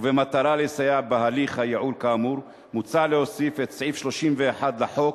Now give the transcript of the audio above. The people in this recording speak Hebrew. ובמטרה לסייע בהליך הייעול כאמור מוצע להוסיף את סעיף 31 לחוק,